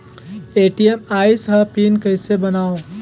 ATM आइस ह PIN कइसे बनाओ?